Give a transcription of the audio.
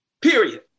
period